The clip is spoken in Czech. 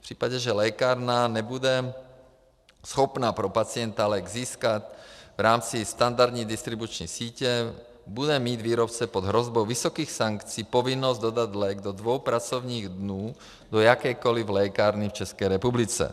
V případě, že lékárna nebude schopna pro pacienta lék získat v rámci standardní distribuční sítě, bude mít výrobce pod hrozbou vysokých sankcí povinnost dodat lék do dvou pracovních dnů do jakékoliv lékárny v České republice.